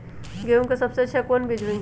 गेंहू के सबसे अच्छा कौन बीज होई?